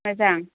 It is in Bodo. मोजां